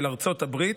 של ארצות הברית,